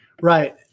Right